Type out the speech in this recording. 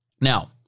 now